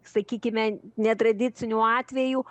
sakykime netradiciniu atveju